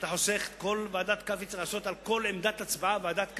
אתה חוסך, צריך לעשות על כל עמדת הצבעה ועדת קלפי,